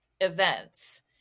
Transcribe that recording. events